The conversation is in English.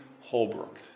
Holbrook